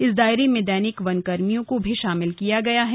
इस दायरे में दैनिक वनकर्मियों को भी शामिल किया गया है